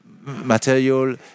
material